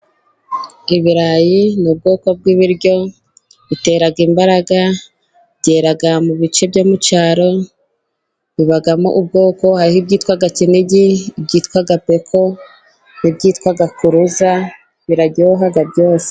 Ibirayi ni ubwoko bw'ibiryo bitera imbaraga, byera mu bice byo mu cyaro, bibamo ubwoko hariho ibyitwa kinigi, byitwa peko, ibyitwa kuruza, biraryoha byose.